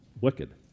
Wicked